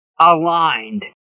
aligned